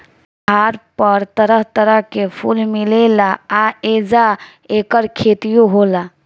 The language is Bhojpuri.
पहाड़ पर तरह तरह के फूल मिलेला आ ऐजा ऐकर खेतियो होला